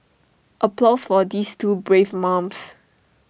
applause for these two brave mums